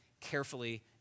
carefully